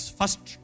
first